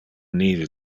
nive